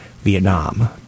Vietnam